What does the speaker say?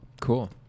Cool